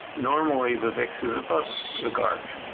normally the vix is above the garch.